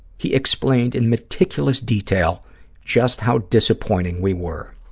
he explained in meticulous detail just how disappointing we were.